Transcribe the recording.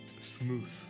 Smooth